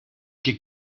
que